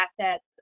assets